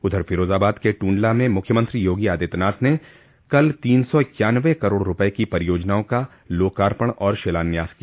उधर फिरोजाबाद के टुंडला में मुख्यमंत्री योगी आदित्यनाथ ने कल तीन सा इक्यान्नबे करोड़ रूपये की परियोजनाओं का लोकार्पण और शिलान्यास किया